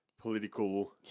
political